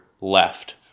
left